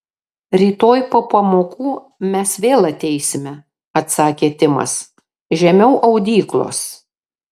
rytoj po pamokų mes vėl ateisime atsakė timas žemiau audyklos